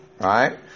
Right